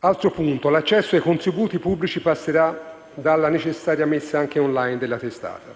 Altro punto: l'accesso ai contributi pubblici passerà dalla necessaria messa anche *online* della testata;